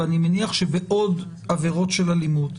ואני מניח שבעוד עבירות של אלימות,